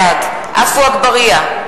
בעד עפו אגבאריה,